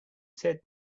said